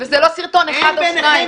וזה לא סרטון אחד או שניים.